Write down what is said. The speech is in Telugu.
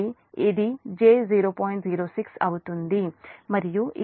06 అవుతుంది మరియు ఇక్కడ కూడా j0